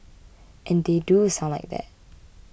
and they do sound like that